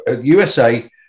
USA